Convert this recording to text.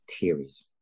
theories